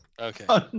Okay